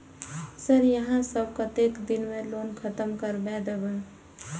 Sir यहाँ सब कतेक दिन में लोन खत्म करबाए देबे?